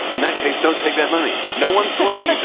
in that case, don't take their money. no one laid.